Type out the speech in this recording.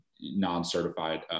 non-certified